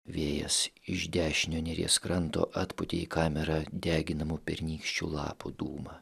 vėjas iš dešiniojo neries kranto atpūtė į kamerą deginamų pernykščių lapų dūmą